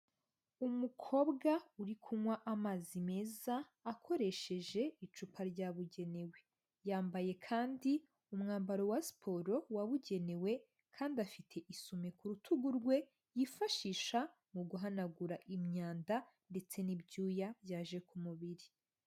Umukobwa uri kunywa amazi meza akoresheje icupa ryabugenewe, yambaye kandi umwambaro wa siporo wabugenewe, kandi afite isume ku rutugu rwe yifashisha mu guhanagura imyanda ndetse n'ibyuya byaje ku mubiri.